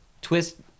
twist